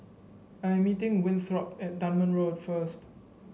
I am meeting Winthrop at Dunman Road first